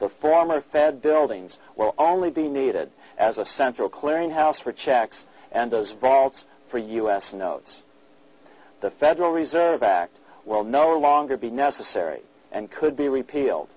the former fed buildings will only be needed as a central clearing house for checks and as votes for us notes the federal reserve act will no longer be necessary and could be repealed